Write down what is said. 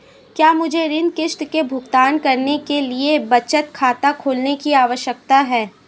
क्या मुझे ऋण किश्त का भुगतान करने के लिए बचत खाता खोलने की आवश्यकता है?